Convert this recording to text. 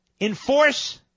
enforce